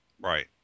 Right